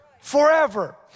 forever